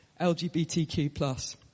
LGBTQ+